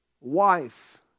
wife